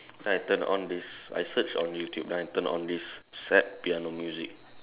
then I turn on this I search on YouTube then I turn on this sad piano music